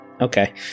Okay